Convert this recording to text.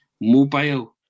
mobile